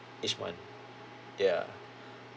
each month ya